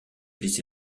laissé